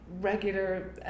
regular